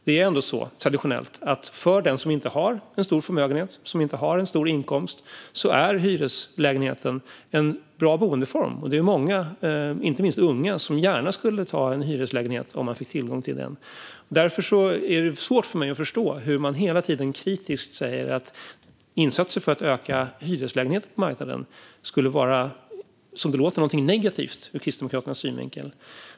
Det är ändå så, traditionellt, att för den som inte har en stor förmögenhet eller en stor inkomst är hyreslägenheten en bra boendeform, och det är många, inte minst unga, som gärna skulle ta en hyreslägenhet om de fick tillgång till en sådan. Därför är det svårt för mig att förstå hur man hela tiden kritiskt kan säga att insatser för att öka hyreslägenheter på marknaden skulle vara, som det låter, något negativt ur Kristdemokraternas synvinkel.